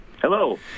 Hello